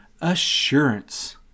Assurance